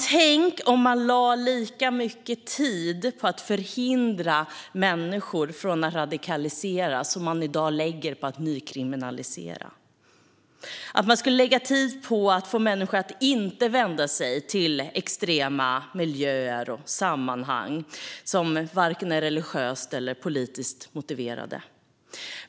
Tänk om man skulle lägga lika mycket tid på att förhindra människor att radikaliseras som man i dag lägger på nykriminalisering, om man skulle lägga tid på att få människor att inte vända sig till extrema miljöer och sammanhang som varken är religiöst eller politiskt motiverade.